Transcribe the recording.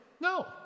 No